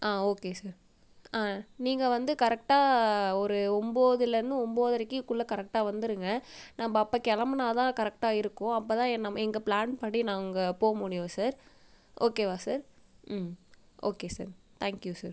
ஆ okay sir ஆ நீங்கள் வந்து கரெக்ட்டாக ஒரு ஒம்பதுலேருந்து ஒம்பதரைக்கு குள்ளே கரெக்ட்டாக வந்துடுங்கள் நம்ப அப்போ கிளம்புனா தான் கரெக்ட்டாக இருக்கும் அப்போ தான் நம்ம எங்கள் பிளான் படி நாங்கள் போகமுடியும் சார் ஓகேவா சார் ம் okay sir thank you sir